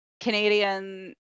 Canadian